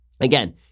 Again